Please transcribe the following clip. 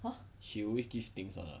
!huh!